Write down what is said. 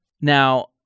Now